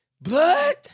blood